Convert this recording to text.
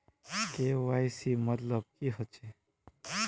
KYC मतलब की होचए?